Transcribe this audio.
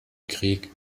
krieg